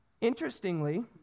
Interestingly